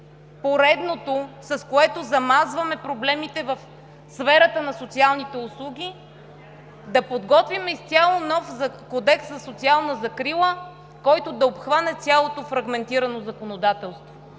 поредното, с което замазваме проблемите в сферата на социалните услуги, да подготвим изцяло нов Кодекс за социална закрила, който да обхване цялото фрагментирано законодателство.